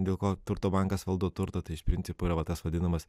dėl ko turto bankas valdo turtą tai iš principo yra va tas vadinamas